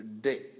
day